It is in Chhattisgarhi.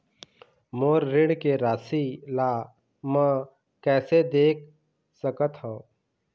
मोर ऋण के राशि ला म कैसे देख सकत हव?